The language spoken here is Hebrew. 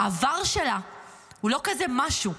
העבר שלה הוא לא כזה משהו,